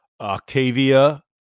Octavia